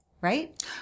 right